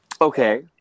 Okay